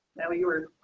now you were